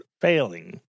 failing